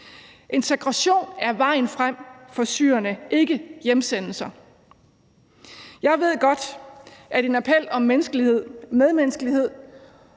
Integration er vejen frem for syrerne, ikke hjemsendelser. Jeg ved godt, at en appel om menneskelighed, medmenneskelighed